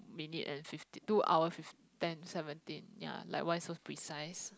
minutes and fifteen two hour fifth ten seventeen ya like why so precise